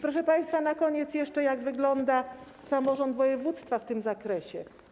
Proszę państwa, na koniec jeszcze o tym, jak wygląda samorząd województwa w tym zakresie.